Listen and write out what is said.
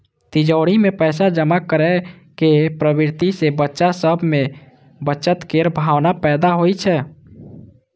तिजौरी मे पैसा जमा करै के प्रवृत्ति सं बच्चा सभ मे बचत केर भावना पैदा होइ छै